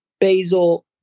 basil